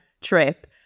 trip